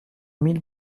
mille